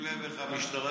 שים לב איך המשטרה,